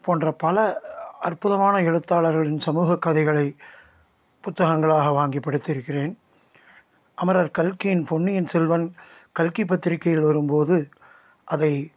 போன்ற பல அற்புதமான எழுத்தாளர்களின் சமூக கதைகளை புத்தகங்களாக வாங்கி படித்திருக்கிறேன் அமரர் கல்கியின் பொன்னியின் செல்வன் கல்கி பத்திரிகையில் வரும்போது அதை